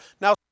Now